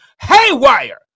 haywire